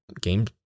game